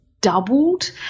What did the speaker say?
doubled